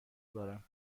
دارم